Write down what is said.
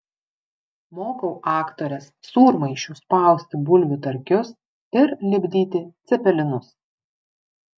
mokau aktores sūrmaišiu spausti bulvių tarkius ir lipdyti cepelinus